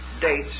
dates